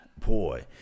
boy